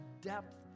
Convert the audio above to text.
depth